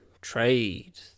Trade